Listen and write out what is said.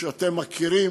ואתם מכירים